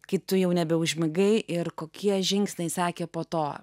kai tu jau nebeužmigai ir kokie žingsniai sakė po to